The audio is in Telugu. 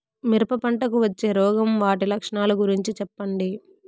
మిరప పంటకు వచ్చే రోగం వాటి లక్షణాలు గురించి చెప్పండి?